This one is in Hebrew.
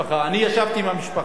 אני ישבתי עם המשפחה,